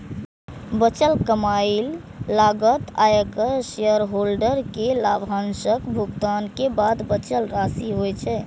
बचल कमाइ लागत, आयकर, शेयरहोल्डर कें लाभांशक भुगतान के बाद बचल राशि होइ छै